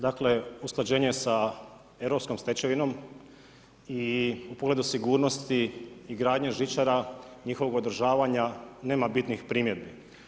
Dakle usklađenje sa europskom stečevinom i u pogledu sigurnosti i gradnje žičara, njihovog održavanja nema bitnih primjedbi.